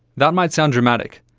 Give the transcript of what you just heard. that might sound dramatic,